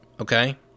Okay